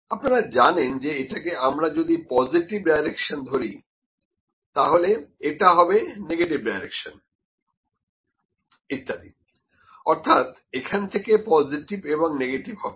আপনারা জানেন যে এটাকে আমরা যদি পজিটিভ ডাইরেকশন ধরি তাহলে এটা হবে নেগেটিভ ডাইরেকশন ইত্যাদি অর্থাৎ এখান থেকে পজিটিভ এবং নেগেটিভ হবে